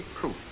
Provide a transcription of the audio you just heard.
proof